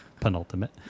Penultimate